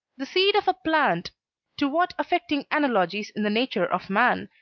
the seed of a plant to what affecting analogies in the nature of man,